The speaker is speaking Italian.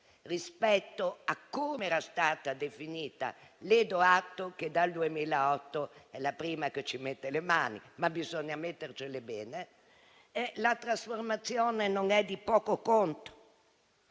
rispetto a come era originariamente. Le do atto che dal 2008 lei è la prima che ci mette le mani, ma bisogna mettercele bene. La trasformazione non è di poco conto.